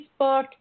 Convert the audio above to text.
Facebook